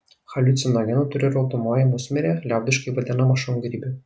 haliucinogenų turi raudonoji musmirė liaudiškai vadinama šungrybiu